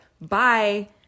bye